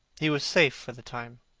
he was safe for the time.